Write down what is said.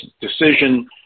decision